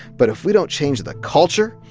but if we don't change the culture,